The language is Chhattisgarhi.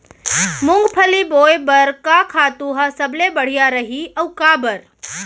मूंगफली बोए बर का खातू ह सबले बढ़िया रही, अऊ काबर?